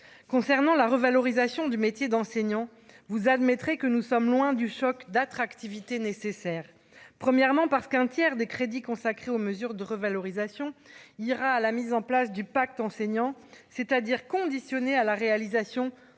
concernant la revalorisation du métier d'enseignant, vous admettrez que nous sommes loin du choc d'attractivité nécessaire, premièrement parce qu'un tiers des crédits consacrés aux mesures de revalorisation ira à la mise en place du pacte enseignants c'est-à-dire conditionnée à la réalisation